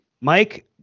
Mike